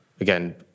again